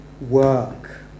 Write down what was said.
work